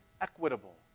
equitable